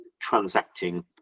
transacting